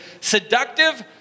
seductive